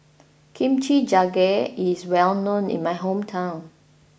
Kimchi jjigae is well known in my hometown